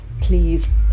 please